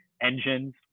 engines